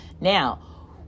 Now